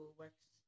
works